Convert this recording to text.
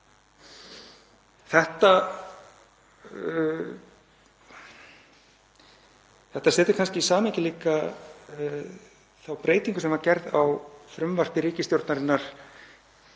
Þetta setur kannski líka í samhengi þá breytingu sem var gerð á frumvarpi ríkisstjórnarinnar